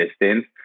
distance